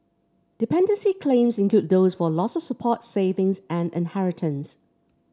dependency claims include those for loss of support savings and inheritance